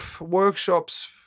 workshops